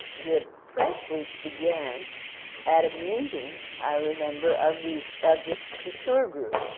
the press weeks began at a meeting, i remember, of these of this couture group,